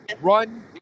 run